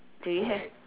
do you have